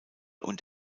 und